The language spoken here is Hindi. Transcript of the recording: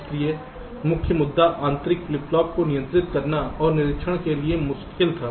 इसलिए मुख्य मुद्दा आंतरिक फ्लिप फ्लॉप को नियंत्रित करना और निरीक्षण करने की मुश्किल था